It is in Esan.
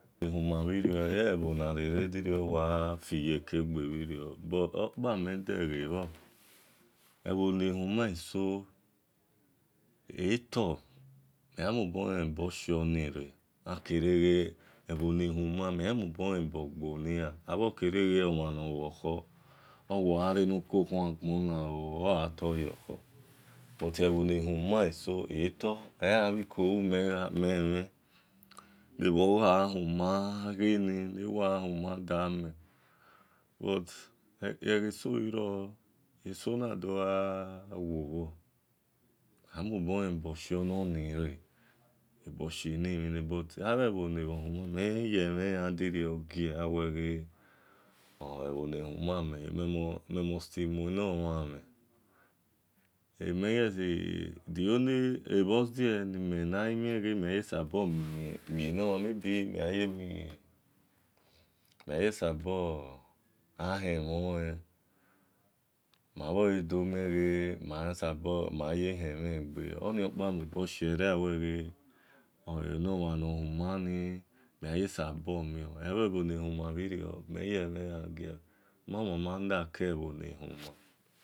Ene huma bhi rio-eyi bho na re-re wa fiye kgbe bhiri butokpanor, ebho ne hu ma eso eto memhan ehen ebo ghionire bhor, abho kere omhan no kho ogha rukukhua gbo buti eno khu elabhi kolu men ze gha huma damen buti egeso, ena to do ghe waho, mhen mobolen eboshionire but ebhe obho ne human mimobo yemhe yhan gie me musti mae no mhan mhen de only abozie mabhele gimre mhen mhan ye hen mhen egbe ole shie abhe ebho le huma bhiri me mama yi-ya giel mom ama like ebho le huma.